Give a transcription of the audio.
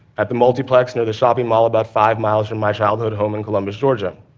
at the multiplex, near the shopping mall about five miles from my childhood home in columbus, georgia.